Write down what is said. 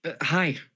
hi